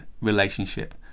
relationship